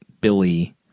Billy